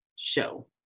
show